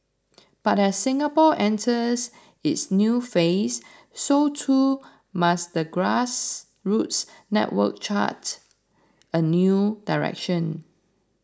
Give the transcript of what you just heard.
but as Singapore enters its new phase so too must the grassroots network chart a new direction